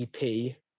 EP